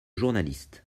journaliste